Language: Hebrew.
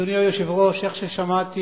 אדוני היושב-ראש, איך ששמעתי,